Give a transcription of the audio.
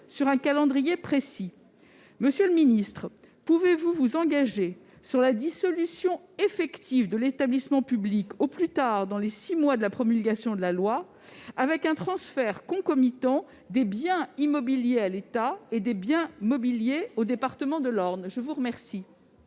sur un calendrier précis. Monsieur le ministre, pouvez-vous vous engager sur la dissolution effective de l'établissement public au plus tard dans les six mois de la promulgation de la loi, avec un transfert concomitant des biens immobiliers à l'État et des biens mobiliers au département de l'Orne ? La parole